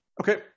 Okay